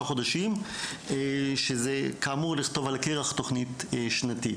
חודשים שזה כאמור לכתוב על הקרח תוכנית שנתית.